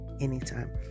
anytime